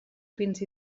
fins